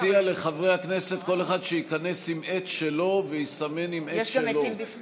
מציע לחברי הכנסת שכל אחד שייכנס עם עט שלו ויסמן עם עט שלו.